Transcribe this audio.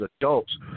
adults